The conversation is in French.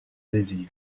désir